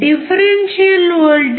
differential voltage 0